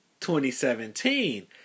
2017